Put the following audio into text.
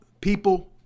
people